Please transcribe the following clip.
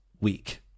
week